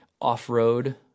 off-road